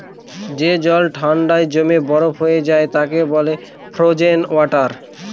যে জল ঠান্ডায় জমে বরফ হয়ে যায় তাকে বলে ফ্রোজেন ওয়াটার